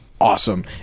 awesome